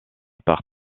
par